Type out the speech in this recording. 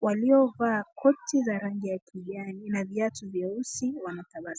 waliovaa koti za rangi ya kijani ,na viatu vyeusi wanatabasamu.